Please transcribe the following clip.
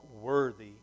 worthy